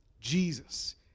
Jesus